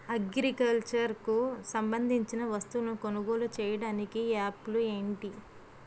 Agriculture కు సంబందించిన వస్తువులను కొనుగోలు చేయటానికి యాప్లు ఏంటి?